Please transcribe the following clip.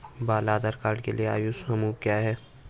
बाल आधार कार्ड के लिए आयु समूह क्या है?